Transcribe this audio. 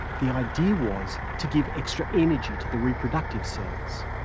the idea was to give extra energy to the reproductive cells.